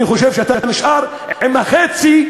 אני חושב שאתה נשאר עם החצי,